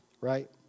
right